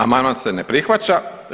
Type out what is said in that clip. Amandman se ne prihvaća.